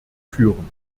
führen